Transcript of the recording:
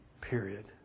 Period